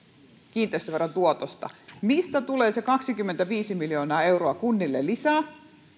kiinteistöveron tuotosta mistä tulee se kaksikymmentäviisi miljoonaa euroa kunnille lisää